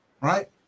Right